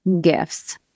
gifts